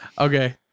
Okay